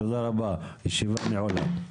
תודה רבה, הישיבה נעולה.